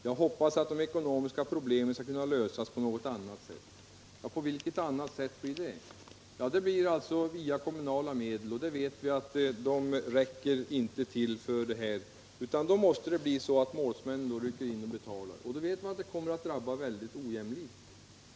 Jag hoppas att de ekonomiska problemen ska kunna lösas på något annat sätt.” i På vilket annat sätt blir det? Vi vet ju att de kommunala medlen inte räcker, och då måste det bli så att målsmännen rycker in och betalar. Det innebär att barnen kommer att drabbas ojämlikt.